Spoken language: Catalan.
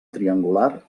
triangular